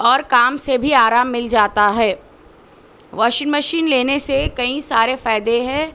اور کام سے بھی آرام مل جاتا ہے واشنگ مشین لینے سے کئی سارے فائدے ہیں